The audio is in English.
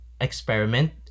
experiment